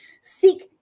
seek